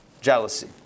jealousy